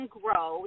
grow